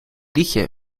liedje